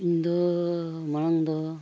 ᱤᱧᱫᱚ ᱢᱟᱲᱟᱝᱫᱚ